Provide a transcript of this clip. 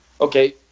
okay